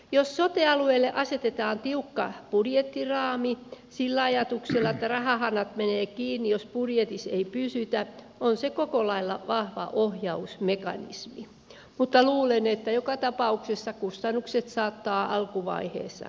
jos sote alueille asetetaan tiukka budjettiraami sillä ajatuksella että rahahanat menevät kiinni jos budjetissa ei pysytä on se koko lailla vahva ohjausmekanismi mutta luulen että joka tapauksessa kustannukset saattavat alkuvaiheessa karata